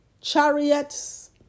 chariots